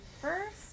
first